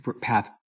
path